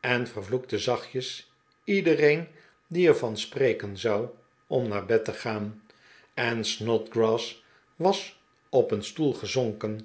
en vervloekte zachtjes iedereen die er van spreken zou om naar bed te gaan en snodgrass was op een stoel gezonken